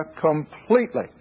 completely